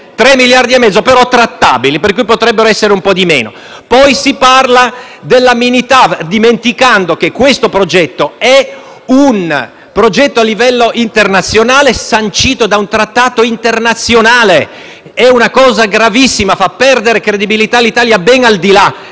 3 miliardi e mezzo, però trattabili, per cui potrebbero essere un po' di meno. Poi si parla del mini TAV, dimenticando che questo è un progetto a livello internazionale, sancito da un trattato internazionale. È una cosa gravissima: fa perdere credibilità all'Italia, ben al di là